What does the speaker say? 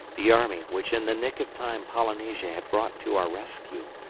the army, which in the nick of time polynesia had brought to our rescue,